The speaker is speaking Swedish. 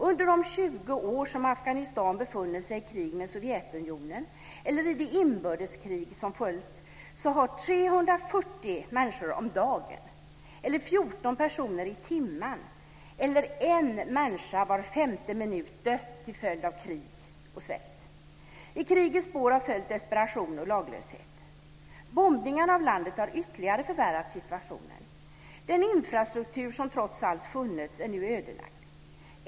Under de 20 år som Afghanistan befunnit sig i krig med Sovjetunionen eller i det inbördeskrig som följt har 340 människor om dagen, eller 14 personer i timmen, eller en människa var femte minut dött till följd av krig och svält. I krigets spår har följt desperation och laglöshet. Bombningarna av landet har ytterligare förvärrat situationen. Den infrastruktur som trots allt funnits är nu ödelagd.